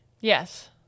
Yes